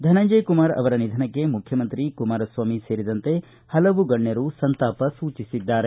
ಧನಂಜಯಕುಮಾರ ಅವರ ನಿಧನಕ್ಕೆ ಮುಖ್ಯಮಂತ್ರಿ ಕುಮಾರಸ್ವಾಮಿ ಸೇರಿದಂತೆ ಹಲವು ಗಣ್ಯರು ಸಂತಾಪ ಸೂಚಿಸಿದ್ದಾರ